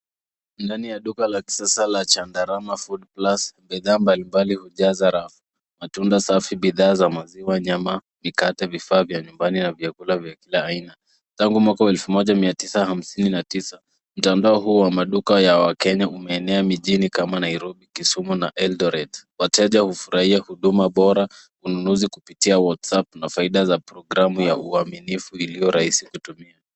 Ndani ya duka la kisasa la Chandarama Foodplus, bidhaa mbali mbali hujaza rafu. Matunda safi, bidhaa za maziwa, nyama, mikate, vifaa vya nyumbani na vyakula vya kila aina. Tangu mwaka wa elfu moja mia tisa hamsini na tisa, mtandao huu wa maduka ya wakenya umeenea mijini kama Nairobi, Kisumu na Eldoret. Wateja hufurahia huduma bora, ununuzi kupitalia Whatsap na faida ya programu ya uaminifu ulio rahisi kutumia.